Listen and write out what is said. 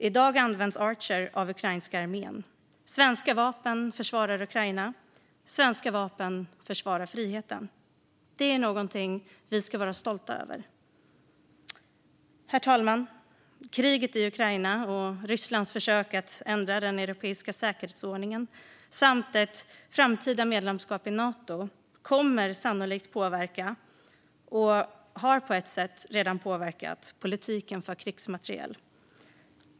I dag används Archer av ukrainska armén. Svenska vapen försvarar Ukraina. Svenska vapen försvarar friheten. Det är något vi ska vara stolta över. Herr talman! Kriget i Ukraina och Rysslands försök att ändra den europeiska säkerhetsordningen samt ett framtida medlemskap i Nato kommer sannolikt att påverka och har på ett sätt redan påverkat politiken för krigsmateriel.